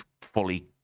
fully